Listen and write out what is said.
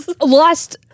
Lost